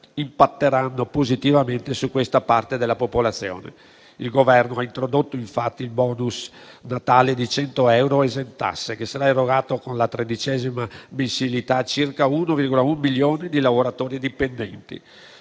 impatteranno positivamente su questa parte della popolazione. Il Governo ha introdotto infatti il *bonus* Natale di 100 euro esentasse, che sarà erogato con la tredicesima mensilità a circa 1,1 milioni di lavoratori dipendenti.